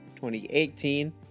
2018